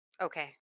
okay